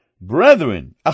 Brethren